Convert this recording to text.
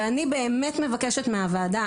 ואני באמת מבקשת מהוועדה,